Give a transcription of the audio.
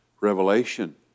revelation